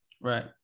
Right